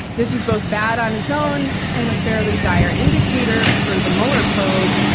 this is both bad on its own, and a fairly dire indicator for the mueller probe,